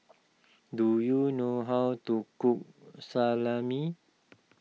do you know how to cook Salami